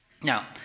Now